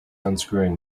unscrewing